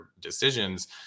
decisions